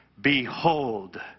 Behold